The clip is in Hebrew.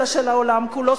אלא של העולם כולו.